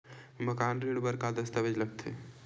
मकान ऋण बर का का दस्तावेज लगथे?